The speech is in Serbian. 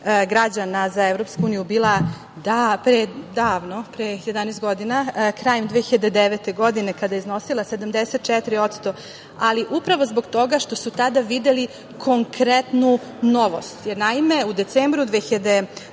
građana za EU bila davno, pre 11 godina, krajem 2009. godine, kada je iznosila 74%, ali upravo zbog toga što su tada videli konkretnu novost. Naime, u decembru 2009.